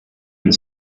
une